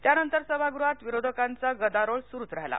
त्यानंतर सभागृहात विरोधकांचा गदारोळ सुरू झाला